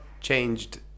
changed